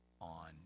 on